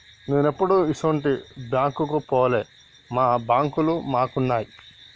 నేనెప్పుడూ ఇసుంటి బాంకుకు పోలే, మా బాంకులు మాకున్నయ్